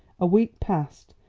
a week passed,